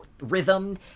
rhythm